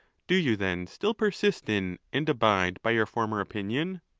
do you then still persist in and abide by your former opinion?